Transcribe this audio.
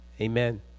Amen